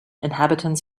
inhabitants